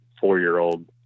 four-year-old